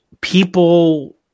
people